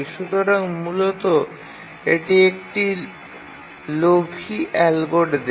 সুতরাং মূলত এটি একটি লোভী অ্যালগরিদম